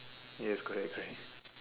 yes correct correct